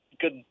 Good